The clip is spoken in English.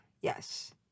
yes